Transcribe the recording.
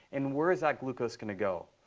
and where is that glucose going to go?